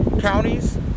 counties